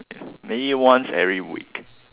maybe once every week